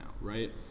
right